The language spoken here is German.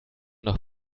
nach